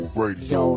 radio